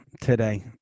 today